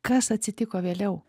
kas atsitiko vėliau